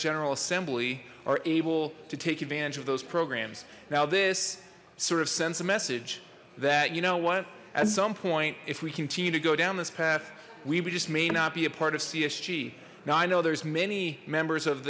general assembly are able to take advantage of those programs now this sort of sends a message that you know what at some point if we continue to go down this path we just may not be a part of csg now i know there's many members of